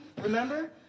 remember